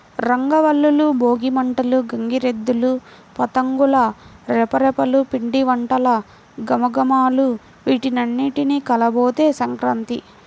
రంగవల్లులు, భోగి మంటలు, గంగిరెద్దులు, పతంగుల రెపరెపలు, పిండివంటల ఘుమఘుమలు వీటన్నింటి కలబోతే సంక్రాంతి